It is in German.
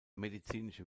medizinische